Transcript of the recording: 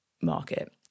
market